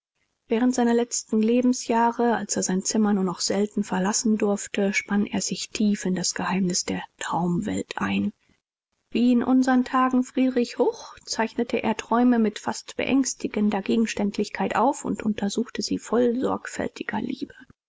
während seiner letzten lebensjahre als er sein zimmer nur noch selten verlassen durfte spann er sich tief in das geheimnis der traumwelt ein wie in unsern tagen friedrich huch zeichnete er träume mit fast beängstigender gegenständlichkeit auf und untersuchte sie voll sorgfältiger liebe